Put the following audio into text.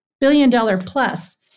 billion-dollar-plus